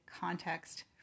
context